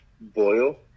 boil